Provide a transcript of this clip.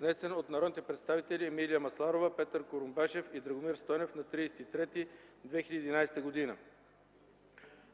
внесен от народните представители Емилия Масларова, Петър Курумбашев и Драгомир Стойнев на 30 март 2011 г.